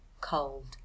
Cold